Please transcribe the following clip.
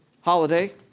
holiday